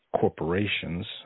corporations